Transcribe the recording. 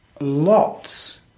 lots